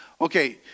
Okay